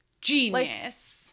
Genius